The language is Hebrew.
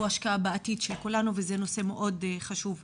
זו השקעה בעתיד של כולנו וזה נושא חשוב מאוד.